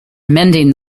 mending